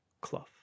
Clough